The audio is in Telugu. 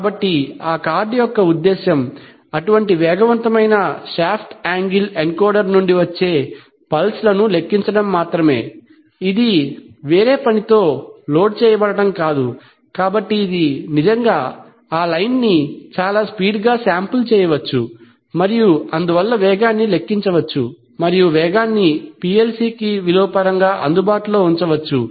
కాబట్టి ఆ కార్డు యొక్క ఉద్దేశ్యం అటువంటి వేగవంతమైన షాఫ్ట్ యాంగిల్ ఎన్కోడర్ నుండి వచ్చే పల్స్ లను లెక్కించడం మాత్రమే వేరే పని తో లోడ్ చేయబడటం కాదు కాబట్టి ఇది నిజంగా ఆ లైన్ ని చాలా స్పీడ్ గా శాంపుల్ చేయవచ్చు మరియు అందువల్ల వేగాన్ని లెక్కించవచ్చు మరియు వేగాన్ని పిఎల్సికి విలువ పరంగా అందుబాటులో ఉంచవచ్చు